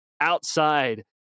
outside